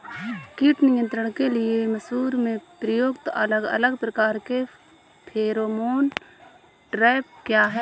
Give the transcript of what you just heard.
कीट नियंत्रण के लिए मसूर में प्रयुक्त अलग अलग प्रकार के फेरोमोन ट्रैप क्या है?